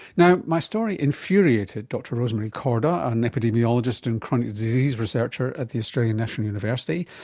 now, my story infuriated dr rosemary korda, an epidemiologist and chronic disease researcher at the australian national university,